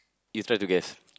you try to guess